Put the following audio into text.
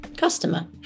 customer